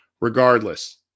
regardless